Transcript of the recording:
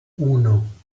uno